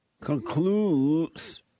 concludes